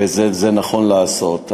וכך נכון לעשות.